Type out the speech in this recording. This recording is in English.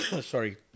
sorry